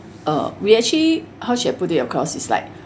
uh we actually how should I put it across is like